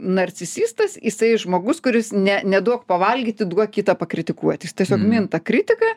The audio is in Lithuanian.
narcisistas jisai žmogus kuris ne neduok pavalgyti duok kitą pakritikuoti jis tiesiog minta kritika